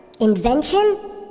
Invention